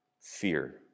Fear